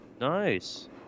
Nice